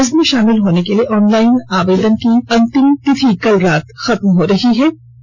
इस परीक्षा में शामिल होने के लिए ऑनलाइन आवेदन की अंतिम तिथि कल रात खत्म हो रही थी